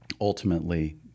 ultimately